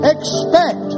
Expect